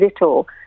little